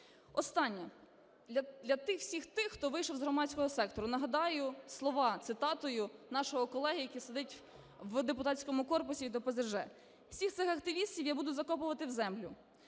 Останнє. Для всіх тих, хто вийшов з "Громадського сектору" нагадаю слова цитатою нашого колеги, який сидить в депутатському корпусі від ОПЗЖ: "Всіх цих активістів я буду закопувати в землю".